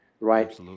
Right